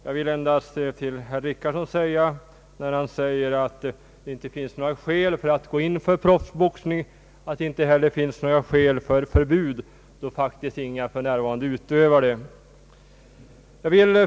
Med anledning av vad herr Richardson sade om att det inte finns några skäl för att gå in för proffsboxning vill jag endast säga att det inte heller finns några skäl för förbud, då faktiskt ingen för närvarande utövar professionell boxning i Sverige.